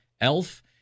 Elf